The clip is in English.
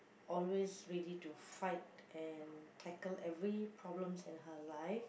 always ready to fight and tackle every problems in her life